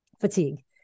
fatigue